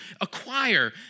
acquire